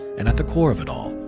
and at the core of it all,